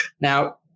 now